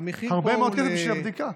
הרבה מאוד כסף בשביל הבדיקה.